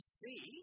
see